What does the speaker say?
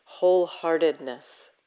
wholeheartedness